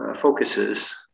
focuses